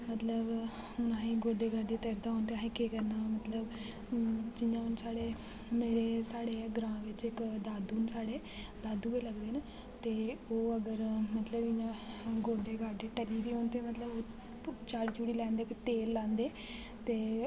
मतलब हून अहें ई गोड्डे गाड्डे दर्दां होन ते अहें केह् करना हून मतलब जि'यां हून साढ़े मेरे साढ़े ई ग्रांऽ च इक दादू न साढ़े दादू गै लगदे न ते ओह् अगर मतलब इ'यां गोड्डे गाड्डे टली दे होन ते मतलब चाढ़ी चूढ़ी लैंदे न तेल लांदे ते